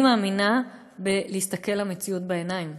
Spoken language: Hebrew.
אני מאמינה בלהסתכל למציאות בעיניים,